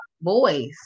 boys